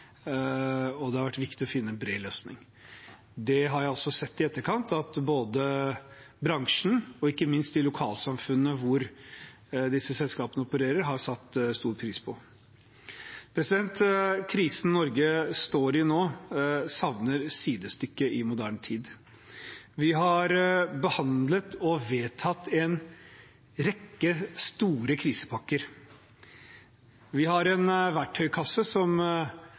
og det har vært viktig å finne en bred løsning. Det har jeg i etterkant sett at både bransjen og – ikke minst – de lokalsamfunnene hvor disse selskapene opererer, har satt stor pris på. Krisen Norge står i nå, savner sidestykke i moderne tid. Vi har behandlet og vedtatt en rekke store krisepakker. Vi har en verktøykasse som